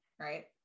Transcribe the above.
right